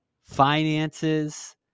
finances